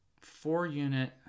four-unit